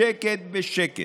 בשקט בשקט,